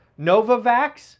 Novavax